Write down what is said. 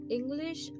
English